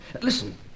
Listen